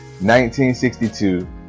1962